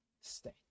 state